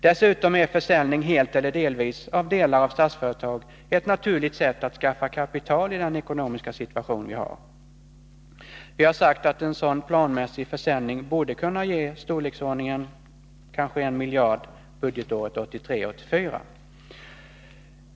Dessutom är en försäljning av hela eller delar av Statsföretag ett naturligt sätt att skaffa kapital i den ekonomiska situation som vi nu har. En sådan planmässig försäljning borde kunna ge kanske 1 miljard kronor budgetåret 1983/84.